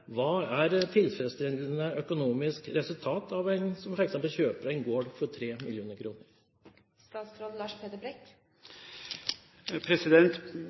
Hva er et tilfredsstillende økonomisk resultat for en som kjøper f.eks. en gård for